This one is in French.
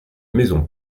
maison